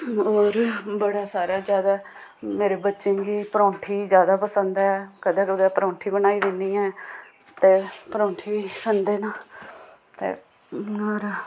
होर बड़ा सारा जादा में बच्चें गी परौंठी जादा पसंद ऐ कदे कुदै परौंठी बनाई दिंन्नी आं ते परौंठी खंदे न ते